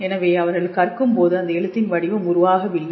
எனவே அவர்கள் கற்கும் போது அந்த எழுத்தின் வடிவம் உருவாகவில்லை